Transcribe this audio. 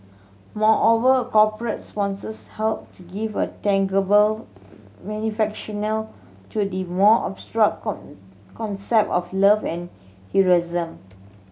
moreover corporate sponsors help give a tangible to the more abstract concept of love and heroism